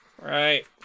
Right